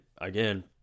again